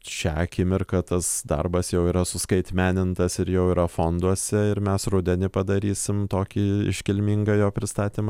šią akimirką tas darbas jau yra suskaitmenintas ir jau yra fonduose ir mes rudenį padarysim tokį iškilmingą jo pristatymą